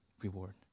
reward